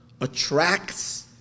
attracts